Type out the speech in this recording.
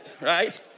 Right